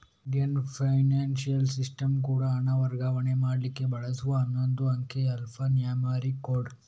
Indian financial system code ಹಣ ವರ್ಗಾವಣೆ ಮಾಡ್ಲಿಕ್ಕೆ ಬಳಸುವ ಹನ್ನೊಂದು ಅಂಕಿಯ ಆಲ್ಫಾ ನ್ಯೂಮರಿಕ್ ಕೋಡ್